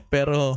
Pero